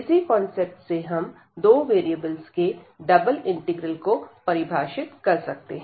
इसी कांसेप्ट से हम दो वेरिएबल के डबल इंटीग्रल को परिभाषित कर सकते हैं